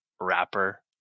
rapper